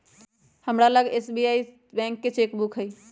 हमरा लग SBI bank के चेक बुक हइ